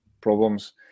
problems